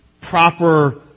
proper